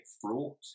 fraught